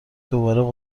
دوباره